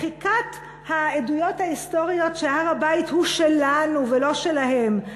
מחיקת העדויות ההיסטוריות שהר-הבית הוא שלנו ולא שלהם,